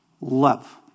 Love